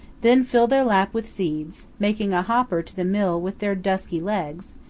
then fill their laps with seeds, making a hopper to the mill with their dusky legs,